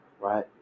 right